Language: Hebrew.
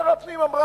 שר הפנים אמר,